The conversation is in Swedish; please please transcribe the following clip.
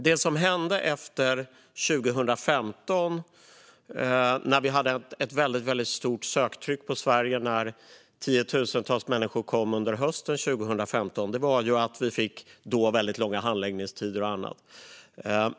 Det som hände efter 2015, när vi hade haft ett väldigt stort söktryck på Sverige och tiotusentals människor kommit under hösten, var att vi fick väldigt långa handläggningstider och annat.